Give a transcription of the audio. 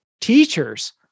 teachers